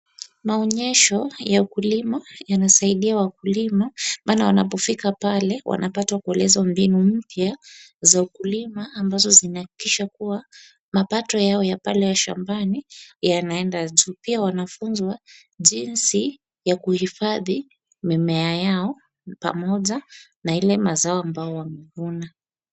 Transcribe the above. Maonyesho ya ukulima yanasaidia wakulima maana wanapofika pale wanapata kuelezwa mbinu mpya za ukulima ambazo zinahakikisha kuwa mapato yao ya pale ya shambani yanaenda juu. Pia wanafunzwa jinsi ya kuhifadhi mimea yao pamoja na ile mazao ambayo wamevuna.